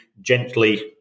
gently